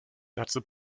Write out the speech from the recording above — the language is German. dazu